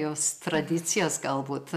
jos tradicijas galbūt